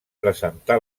presentà